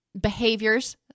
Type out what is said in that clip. behaviors